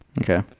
Okay